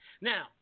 Now